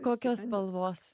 kokios spalvos